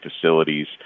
facilities